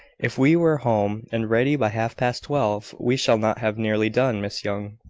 if we were home and ready by half-past twelve. we shall not have nearly done, miss young.